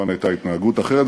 הייתה התנהגות אחרת,